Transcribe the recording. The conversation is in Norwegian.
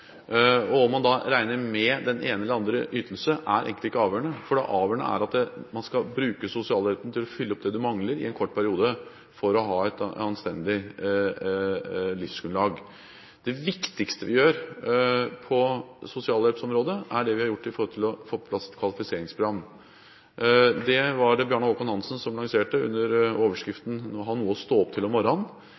Om man regner med den ene eller den andre ytelse, er egentlig ikke avgjørende. Det avgjørende er at man skal bruke sosialhjelpen til å fylle opp det man mangler i en kort periode for å ha et anstendig livsgrunnlag. Det viktigste vi gjør på sosialhjelpsområdet, er det vi har gjort for å få på plass et kvalifiseringsprogram. Det var det Bjarne Håkon Hanssen som lanserte under overskriften: Vi må ha noe å stå opp til «om morran». Det handler om